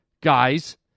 guys